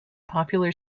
popular